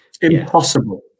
Impossible